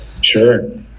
sure